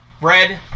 Red